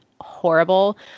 horrible